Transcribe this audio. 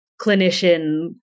clinician